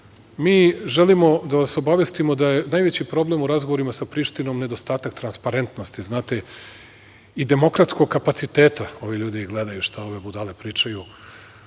mi želimo da vas obavestimo da je najveći problem u razgovorima sa Prištinom nedostatak transparentnosti i demokratskog kapaciteta. Ovi ljudi ih gledaju, šta ove budale pričaju